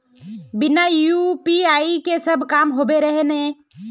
बिना यु.पी.आई के सब काम होबे रहे है ना?